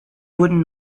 wurden